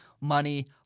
money